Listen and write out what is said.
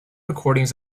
recordings